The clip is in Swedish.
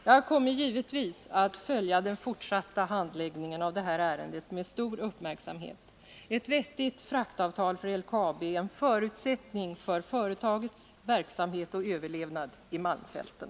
Jag kommer givetvis att följa den fortsatta handläggningen av det här ärendet med stor uppmärksamhet. Ett vettigt fraktavtal för LKAB är en förutsättning för företagets verksamhet och överlevnad i malmfälten.